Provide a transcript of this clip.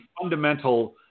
fundamental